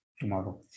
tomorrow